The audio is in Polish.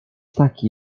taki